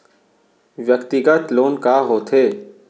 व्यक्तिगत लोन का होथे?